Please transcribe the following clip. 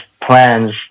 plans